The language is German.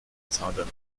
bezahlen